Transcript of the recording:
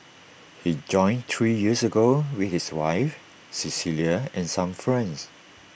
he joined three years ago with his wife Cecilia and some friends